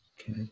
Okay